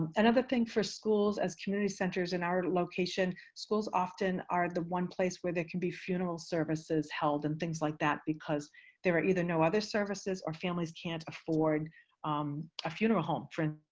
another thing for schools as community centers in our location. schools often are the one place where there can be funeral services held and things like that, because there are either no other services or families can't afford um a funeral home for and